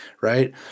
right